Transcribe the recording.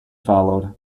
followed